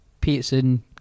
Peterson